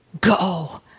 Go